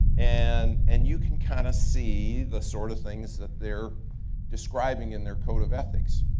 and and you can kinda see the sort of things that they're describing in their code of ethics.